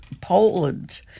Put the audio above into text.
Poland